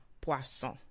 poisson